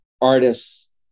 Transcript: artists